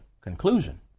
conclusion